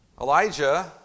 Elijah